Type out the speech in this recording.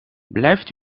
blijft